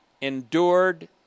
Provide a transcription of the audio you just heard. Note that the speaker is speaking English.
endured